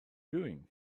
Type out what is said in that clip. doing